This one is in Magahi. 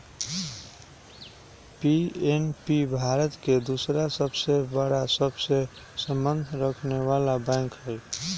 पी.एन.बी भारत के दूसरा सबसे बड़ा सबसे संबंध रखनेवाला बैंक हई